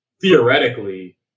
theoretically